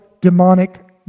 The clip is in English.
demonic